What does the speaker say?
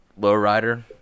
Lowrider